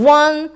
one